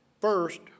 First